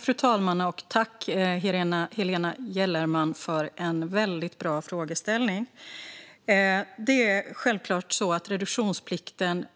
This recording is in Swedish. Fru talman! Tack, Helena Gellerman, för en väldigt bra frågeställning! Det är självklart så att reduktionsplikten